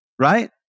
Right